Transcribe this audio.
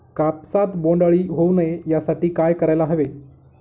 कापसात बोंडअळी होऊ नये यासाठी काय करायला हवे?